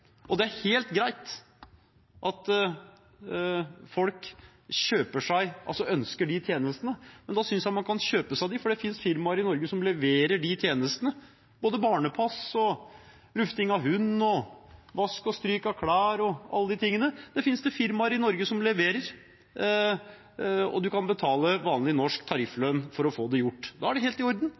Det er helt greit at folk ønsker disse tjenestene, men da synes jeg man kan kjøpe seg dem, for det fins firmaer i Norge som leverer disse tjenestene – både barnepass, lufting av hund, vask og stryk av klær og alle disse tingene. Det fins det firmaer i Norge som leverer, og man kan betale vanlig norsk tarifflønn for å få det gjort. Da er det helt i orden,